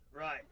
Right